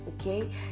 okay